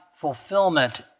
fulfillment